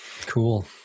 cool